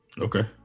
Okay